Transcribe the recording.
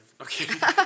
Okay